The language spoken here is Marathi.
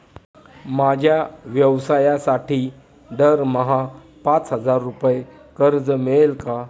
माझ्या व्यवसायासाठी दरमहा पाच हजार रुपये कर्ज मिळेल का?